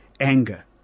anger